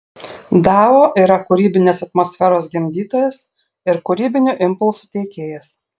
dao yra ir kūrybinės atmosferos gimdytojas ir kūrybinių impulsų teikėjas